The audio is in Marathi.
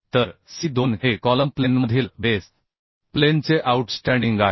तर c2 हे कॉलम प्लेनमधील बेस प्लेनचे आऊटस्टँडिंग आहे